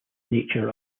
nature